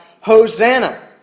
Hosanna